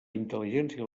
intel·ligència